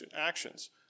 actions